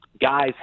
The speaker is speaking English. guys